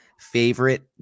Favorite